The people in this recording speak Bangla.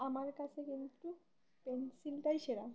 আমার কাছে কিন্তু পেনসিলটাই সেরা